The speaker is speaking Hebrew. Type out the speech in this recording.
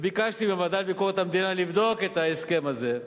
וביקשתי מהוועדה לביקורת המדינה לבדוק את ההסכם הזה,